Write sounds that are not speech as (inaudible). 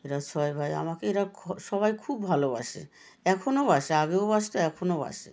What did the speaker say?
এরা ছয় ভাই আমাকে এরা (unintelligible) সবাই খুব ভালোবাসে এখনো বাসে আগেও বাসত এখনো বাসে